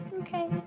Okay